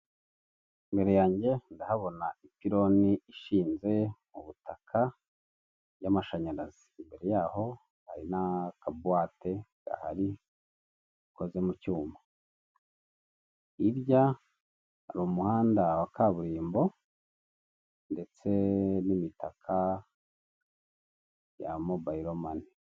Imbere yanjye ndahabona ipironi ishinze mu butaka y'amashanyarazi, imbere yaho hari n'akabuwate gahari gakoze mu cyuma, hirya hari u muhanda wa kaburimbo ndetse n'imitaka ya mobayiro mani.